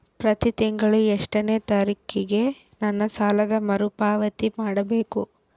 ಪ್ರತಿ ತಿಂಗಳು ಎಷ್ಟನೇ ತಾರೇಕಿಗೆ ನನ್ನ ಸಾಲದ ಮರುಪಾವತಿ ಮಾಡಬೇಕು?